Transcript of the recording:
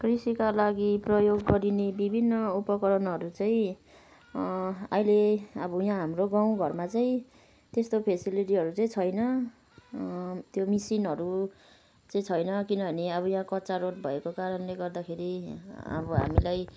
कृषिका लागि प्रयोग गरिने विभिन्न उपकरणहरू चाहिँ अहिले अब यहाँ हाम्रो गाउँ घरमा चाहिँ त्यस्तो फेसिलिटीहरू चाहिँ छैन त्यो मेसिनहरू चाहिँ छैन किनभने अब यहाँ कच्चा रोड भएको कारणले गर्दाखेरि अब हामीलाई